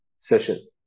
session